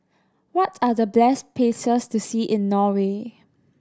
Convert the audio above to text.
what are the best places to see in Norway